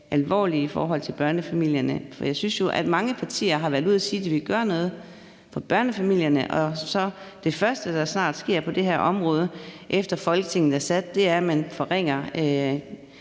alvorligt i forhold til børnefamilierne. For der er jo mange partier, der har været ude at sige, at de ville gøre noget for børnefamilierne, og det første, der snart sker på det her område, efter at Folketinget er sat, er så netop, at man forringer